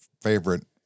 favorite